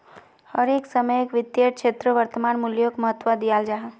हर एक समयेत वित्तेर क्षेत्रोत वर्तमान मूल्योक महत्वा दियाल जाहा